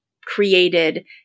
created